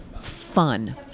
fun